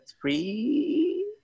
three